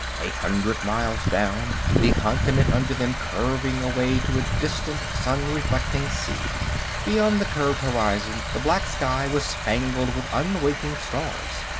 a hundred miles down, the continent under them curving away to a distant sun-reflecting sea beyond the curved horizon, the black sky was spangled with unwinking stars.